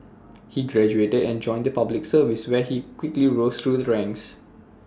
he graduated and joined the Public Service where he quickly rose through the ranks